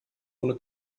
ohne